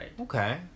okay